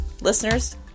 Listeners